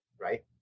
right